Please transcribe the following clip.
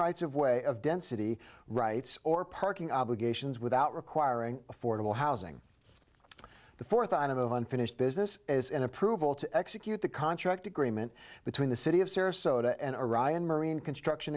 rights of way of density rights or parking obligations without requiring affordable housing the fourth item of unfinished business is an approval to execute the contract agreement between the city of sarasota and arayan marine construction